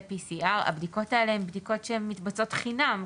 PCR. הבדיקות האלה הן בדיקות שמתבצעות חינם.